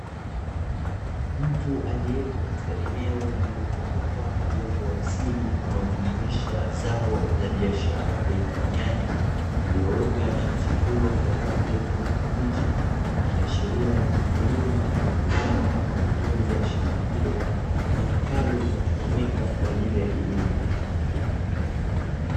Mtu aliyepo katika eneo lililozungukwa na uoto wa asili unaojumuisha zao la biashara aina ya nyanya iliyoota na kuchipua kwa rangi ya kijani kibichi, ikiashiria ni mkulima mwenye kulima au kutunza shamba hilo ama kitalu kinachotumika kwa ajili ya kilimo.